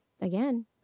again